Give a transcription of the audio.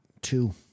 Two